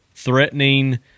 Threatening